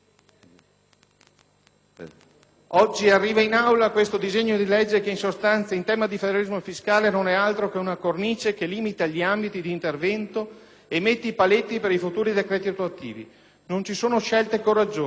Oggi arriva in Aula questo disegno di legge che, in sostanza, in tema di federalismo fiscale, non è altro che una cornice che limita gli ambiti di intervento e mette i paletti per i futuri decreti attuativi. Non ci sono scelte coraggiose.